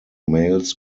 males